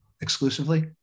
exclusively